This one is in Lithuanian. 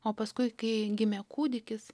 o paskui kai gimė kūdikis